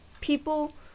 people